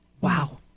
Wow